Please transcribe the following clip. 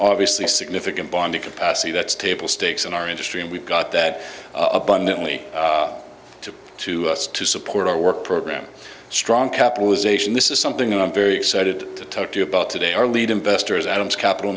obviously a significant bonding capacity that's table stakes in our industry and we've got that abundantly to to us to support our work program strong capitalization this is something i'm very excited to talk to you about today our lead investor is adams capital